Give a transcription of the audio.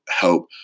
help